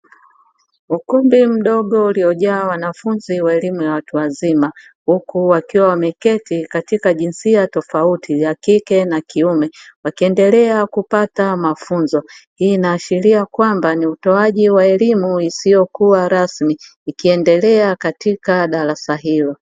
Ukumbi mdogo uliojaa wanafunzi wa elimu ya watu wazima, huku wakiwa wameketi katika jinsia tofauti, ya kike na kiume, wakiendelea kupata mafunzo. Hii inaashiria kwamba ni utoaji wa elimu isiyokuwa rasmi, ikiendelea katika darasa hilo.